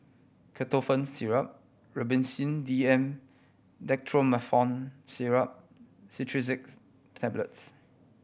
Ketotifen Syrup Robitussin D M Dextromethorphan Syrup Tablets